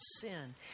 sin